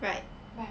right